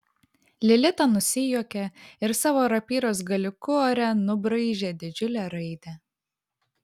lilita nusijuokė ir savo rapyros galiuku ore nubraižė didžiulę raidę